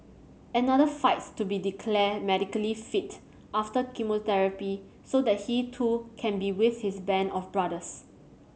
another fights to be declared medically fit after chemotherapy so that he too can be with his band of brothers